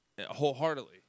wholeheartedly